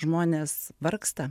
žmonės vargsta